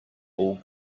all